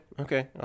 okay